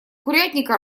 курятника